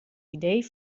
idee